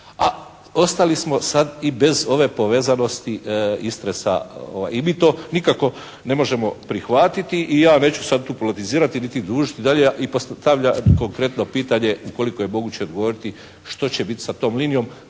a ostali smo sada i bez ove povezanosti Istre sa, i mi to nikako ne možemo prihvatiti i ja neću sada tu politizirati niti dužiti dalje i postavljam konkretno pitanje ukoliko je moguće odgovoriti, što će biti sa tom linijom.